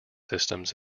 systems